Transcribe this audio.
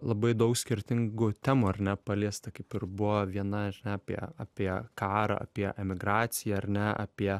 labai daug skirtingų temų ar ne paliesta kaip ir buvo viena apie apie karą apie emigraciją ar ne apie